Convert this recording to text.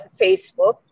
Facebook